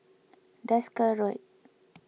Desker Road